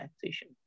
taxation